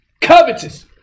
covetous